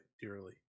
dearly